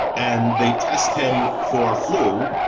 and they test him for flu.